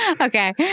Okay